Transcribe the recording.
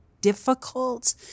difficult